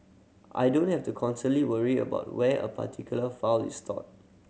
I don't have to constantly worry about where a particular file is stored